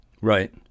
Right